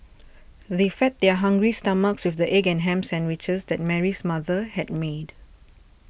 they fed their hungry stomachs with the egg and ham sandwiches that Mary's mother had made